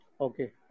Okay